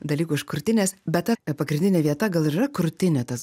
dalykų iš krūtinės bet ta pagrindinė vieta gal ir yra krūtinė tas